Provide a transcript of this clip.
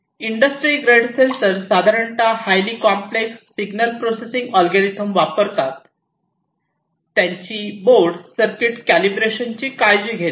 industry grade sensor साधारणता highly complex signal processing algorithm वापरतात त्यांची बोर्ड सर्किट कॅलिब्रेशन ची काळजी घेते